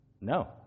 no